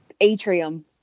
Atrium